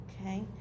Okay